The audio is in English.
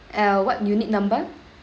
uh what unit number